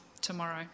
tomorrow